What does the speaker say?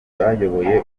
bayoboye